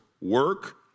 work